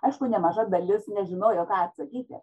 aišku nemaža dalis nežinojo ką atsakyti